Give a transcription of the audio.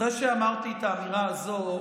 אחרי שאמרתי את האמירה הזו,